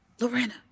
Lorena